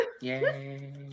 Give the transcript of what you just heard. Yay